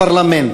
הפרלמנט,